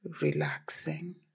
relaxing